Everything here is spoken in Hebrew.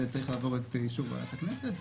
זה צריך לעבור את אישור ועדת הכנסת,